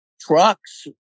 trucks